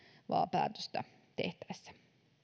päätöstä tehtäessä